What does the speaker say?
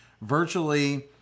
virtually